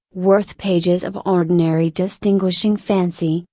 worth pages of ordinary distinguishing fancy,